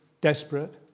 desperate